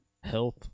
Health